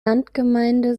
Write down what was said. landgemeinde